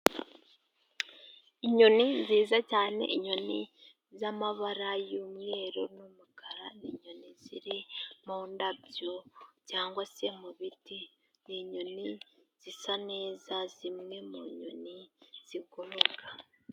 Inyoni nziza cyane， inyoni z’amabara y’umweru n’umukara，ni inyoni ziri mu ndabo cyangwa se mu biti， ni inyoni zisa neza，zimwe mu nyoni ziguruka.